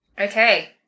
Okay